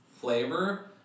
flavor